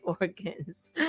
organs